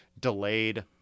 delayed